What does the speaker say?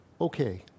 Okay